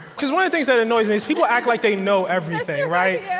because one of the things that annoys me is, people act like they know everything right,